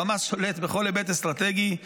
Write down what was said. חמאס שולט בכל היבט אסטרטגי,